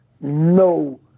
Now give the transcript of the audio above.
no